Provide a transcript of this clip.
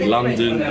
London